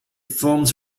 forms